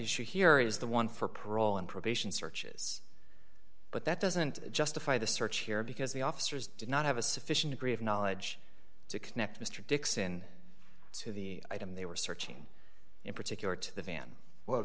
issue here is the one for parole and probation searches but that doesn't justify the search here because the officers did not have a sufficient degree of knowledge to connect mr dixon to the item they were searching in particular to the van w